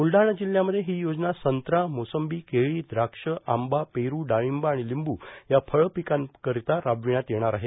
बुलडाणा जिल्ह्यामध्ये ही योजना संत्रा मोसंबी केळी द्राक्ष आंबा पेरू डाळींब आणि लिंबू या फळपिकांकरिता राबविण्यात येणार आहे